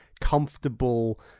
comfortable